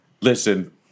listen